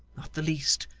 not the least,